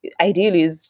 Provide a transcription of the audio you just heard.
ideally